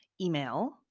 email